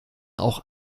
auch